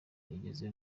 igeze